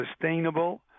sustainable